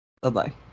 Bye-bye